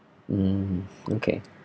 um okay